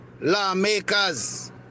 lawmakers